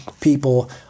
people